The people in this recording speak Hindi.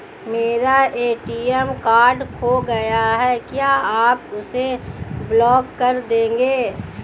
मेरा ए.टी.एम कार्ड खो गया है क्या आप उसे ब्लॉक कर देंगे?